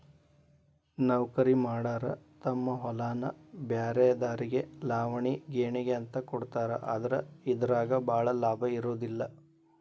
ನೌಕರಿಮಾಡಾರ ತಮ್ಮ ಹೊಲಾನ ಬ್ರ್ಯಾರೆದಾರಿಗೆ ಲಾವಣಿ ಗೇಣಿಗೆ ಅಂತ ಕೊಡ್ತಾರ ಆದ್ರ ಇದರಾಗ ಭಾಳ ಲಾಭಾ ಇರುದಿಲ್ಲಾ